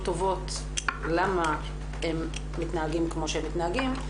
טובות למה הם מתנהגים כמו שהם מתנהגים.